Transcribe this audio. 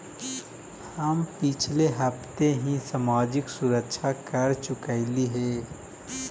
हम पिछले हफ्ते ही सामाजिक सुरक्षा कर चुकइली हे